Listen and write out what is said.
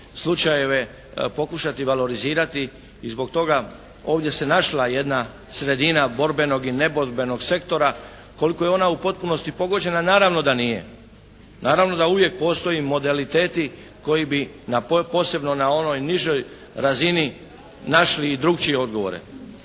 slučajeve pokušati valorizirati i zbog toga ovdje se našla jedna sredina borbenog i neborbenog sektora. Koliko je ona u potpunosti pogođena, naravno da nije. Naravno da uvijek postoje modaliteti koji bi na posebno onoj nižoj razini našli i drukčije odgovore.